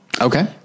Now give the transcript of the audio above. Okay